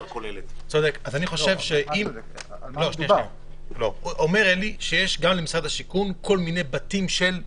אומר חבר הכנסת אבידר שיש גם למשרד השיכון כל מיני בתים שהם הוסטלים.